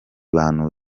bantu